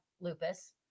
lupus